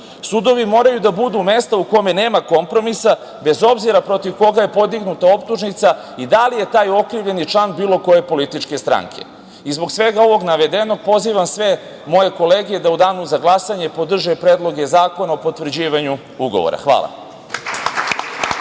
Sudovi moraju da budu mesta u kome nema kompromisa, bez obzira protiv koga je podignuta optužnica i da li je taj okrivljeni član bilo koje političke stranke.I zbog svega ovoga navedenog pozivam sve moje kolege da u Danu za glasanje podrže predloge zakona o potvrđivanju ugovora. Hvala.